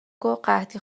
گفتقحطی